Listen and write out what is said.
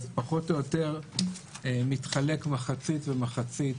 זה פחות או יותר מתחלק מחצית ומחצית,